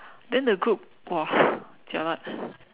then the group !wah! jialat